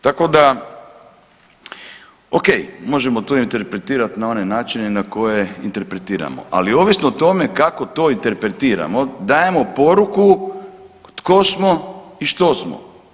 Tako da, ok, možemo to interpretirati na one načina na koje interpretiramo, ali ovisno o tome kako to interpretirano dajemo poruku tko smo i što smo.